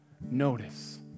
notice